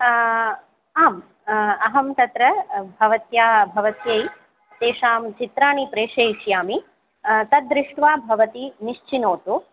आम् अहं तत्र भवत्याः भवत्यै तेषां चित्राणि प्रेषयिष्यामि तद्दृष्ट्वा भवती निश्चिनोतु